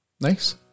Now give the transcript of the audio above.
nice